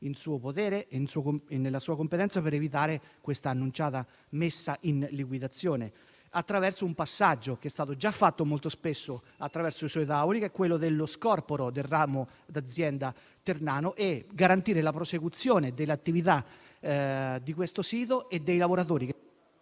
in suo potere e nelle sue competenze per evitare l'annunciata messa in liquidazione, attraverso un passaggio che è stato già fatto molto spesso sui suoi tavoli, ossia lo scorporo del ramo d'azienda ternano, così garantendo la prosecuzione dell'attività di questo sito e il